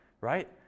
Right